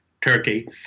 Turkey